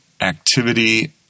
activity